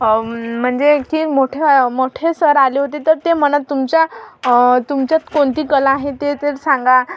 म्हणजे की मोठ्या मोठे सर आले होते तर ते म्हणत तुमच्या तुमच्यात कोणती कला आहे ते तर सांगा